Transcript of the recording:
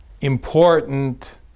important